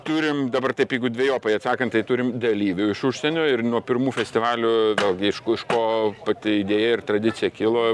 turim dabar taip jeigu dvejopai atsakant tai turim dalyvių iš užsienio ir nuo pirmų festivalių vėlgi aišku iš po pati idėja ir tradicija kilo